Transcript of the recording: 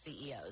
CEOs